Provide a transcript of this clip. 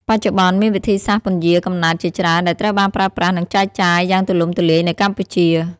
បច្ចុប្បន្ន មានវិធីសាស្ត្រពន្យារកំណើតជាច្រើនដែលត្រូវបានប្រើប្រាស់ និងចែកចាយយ៉ាងទូលំទូលាយនៅកម្ពុជា។